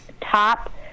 top